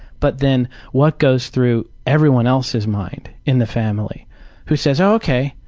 but then what goes through everyone else's mind in the family who says, ok.